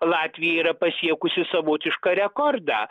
latvija yra pasiekusi savotišką rekordą